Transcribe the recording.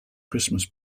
christmas